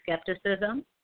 skepticism